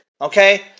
Okay